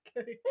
Okay